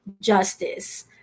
justice